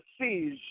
siege